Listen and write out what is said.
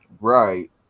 Right